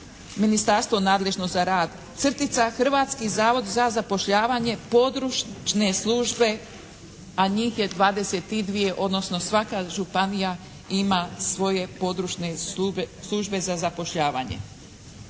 ministarstvo nadležno za rad – Hrvatski zavod za zapošljavanje, područne službe" a njih je 22 odnosno svaka županija ima svoje područne službe za zapošljavanje.